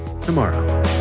tomorrow